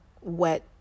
wet